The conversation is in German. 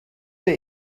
mehr